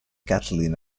kathleen